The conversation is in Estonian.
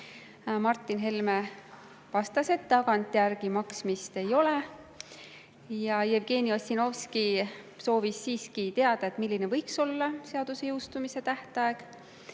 Martin Helme vastas, et tagantjärgi maksmist ei ole. Jevgeni Ossinovski soovis siiski teada, milline võiks olla seaduse jõustumise tähtaeg.